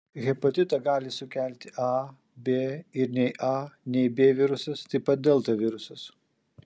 hepatitą gali sukelti a b ir nei a nei b virusas taip pat delta virusas